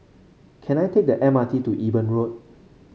can I take the M R T to Eben Road